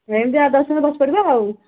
ସେମିତି ଆଠ ଦଶଜଣ ବସି ପଡ଼ିବା ଆଉ